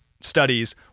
studies